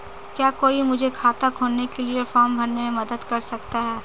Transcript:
क्या कोई मुझे खाता खोलने के लिए फॉर्म भरने में मदद कर सकता है?